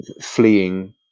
fleeing